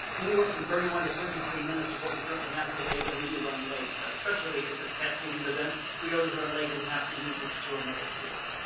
anywhere from thirty one to thirty three minutes is what we currently have today and we do run late. especially it's a cascading event. we always run late in the afternoon to to our middle schools.